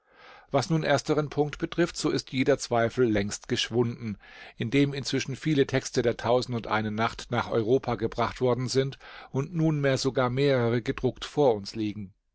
was nun ersteren punkt betrifft so ist jeder zweifel längst geschwunden indem inzwischen viele texte der nacht nach europa gebracht worden sind und nunmehr sogar mehrere gedruckt vor uns liegen